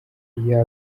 iyo